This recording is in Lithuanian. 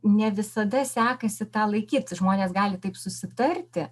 ne visada sekasi tą laikyt žmonės gali taip susitarti